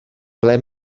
ble